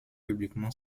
publiquement